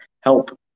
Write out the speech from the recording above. help